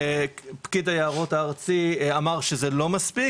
פקיד היערות הארצי אמר שזה לא מספיק,